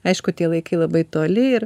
aišku tie laikai labai toli ir